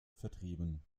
vertrieben